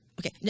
Okay